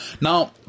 Now